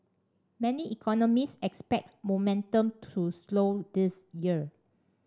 many economists expect momentum to slow this year